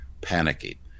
panicky